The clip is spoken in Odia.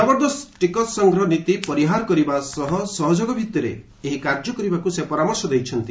ଜବରଦସ୍ତ ଟିକସ ସଂଗ୍ରହ ନୀତି ପରିହାର କରିବା ସହ ସହଯୋଗ ଭିଭିରେ ଏହି କାର୍ଯ୍ୟ କରିବାକୁ ପରାମର୍ଶ ଦେଇଛନ୍ତି